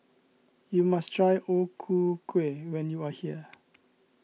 you must try O Ku Kueh when you are here